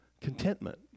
contentment